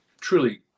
truly